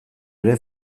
ere